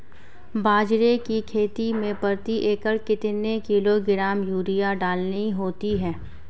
बाजरे की खेती में प्रति एकड़ कितने किलोग्राम यूरिया डालनी होती है?